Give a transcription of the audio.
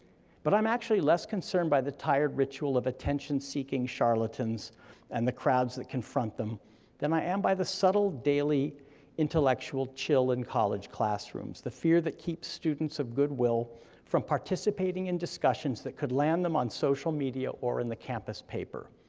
but i'm actually less concerned by the tired ritual of attention-seeking charlatans and the crowds that confront them than i am by the subtle daily intellectual chill in college classrooms, the fear that keeps students of good will from participating in discussions that could land them on social media or in the campus paper.